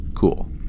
Cool